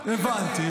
הבנתי,